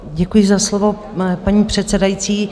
Děkuji za slovo, paní předsedající.